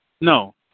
No